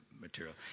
material